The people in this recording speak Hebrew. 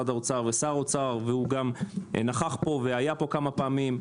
האוצר ומשרד האוצר והוא היה פה כמהה פעמים,